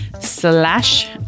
slash